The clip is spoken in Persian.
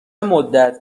مدت